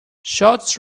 shots